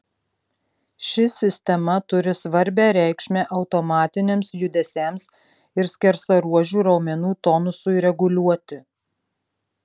ši sistema turi svarbią reikšmę automatiniams judesiams ir skersaruožių raumenų tonusui reguliuoti